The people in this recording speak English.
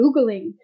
Googling